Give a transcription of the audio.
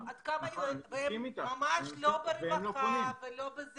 הם ממש לא ברווחה וכו'.